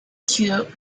the